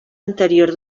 anterior